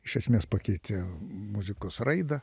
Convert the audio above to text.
iš esmės pakeitė muzikos raidą